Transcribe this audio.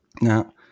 Now